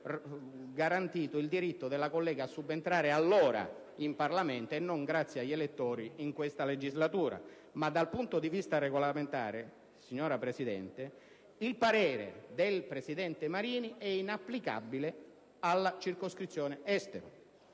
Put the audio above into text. garantito il diritto della collega a subentrare allora in Parlamento e non grazie agli elettori in questa legislatura. Comunque, dal punto di vista regolamentare, signora Presidente, il parere del presidente Marini è inapplicabile alla circoscrizione Estero.